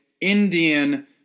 Indian